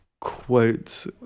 quote